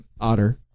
Otter